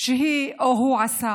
שהיא או הוא עשו,